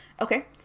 Okay